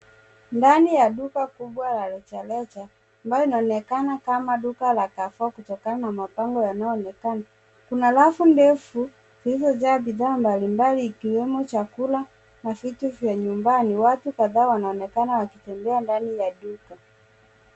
Ndani ya duka kubwa la reja reja ambayo inaonekana kama duka la Carrefour kutokana na mabango yanayo onekana kuna rafu ndefu zilizojaa mbali mbali ikiwemo chakula na vitu vya nyumbani watu kadhaa wanainekana wakitembea ndani ya duka.